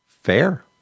Fair